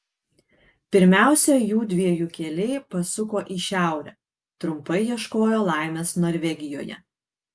pirmiausia jųdviejų keliai pasuko į šiaurę trumpai ieškojo laimės norvegijoje